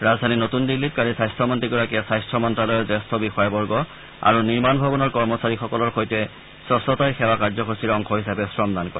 ৰাজধানী নতুন দিল্লীত কালি স্বাস্থ্যমন্ত্ৰীগৰাকীয়ে স্বাস্থ্য মন্ত্যালয়ৰ জ্যেষ্ঠ বিষয়াবৰ্গ আৰু নিৰ্মাণ ভৱনৰ কৰ্মচাৰীসকলৰ সৈতে স্বছ্তাই সেৱা কাৰ্যসূচীৰ অংশ হিচাপে শ্ৰমদান কৰে